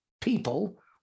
people